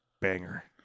Banger